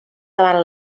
davant